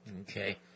Okay